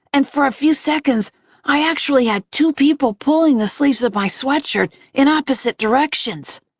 and for a few seconds i actually had two people pulling the sleeves of my sweatshirt in opposite directions.